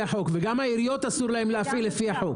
החוק וגם לעיריות אסור להפעיל לפי החוק.